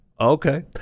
okay